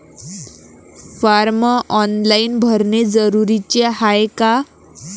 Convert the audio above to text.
Form online भरने जरुरीचे हाय का?